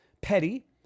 petty